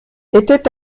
était